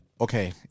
okay